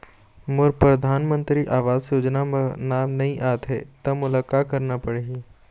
मोर परधानमंतरी आवास योजना म नाम नई आत हे त मोला का करना पड़ही?